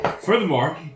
Furthermore